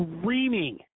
screaming